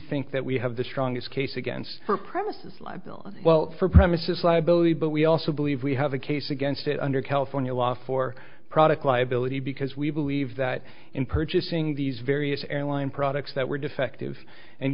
think that we have the strongest case against her premises well for premises liability but we also believe we have a case against it under california law for product liability because we believe that in purchasing these various airline products that were defective and